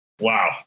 wow